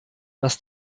dass